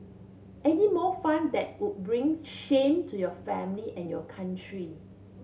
any more fun that would bring shame to your family and your country